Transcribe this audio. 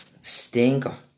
stinker